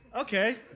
Okay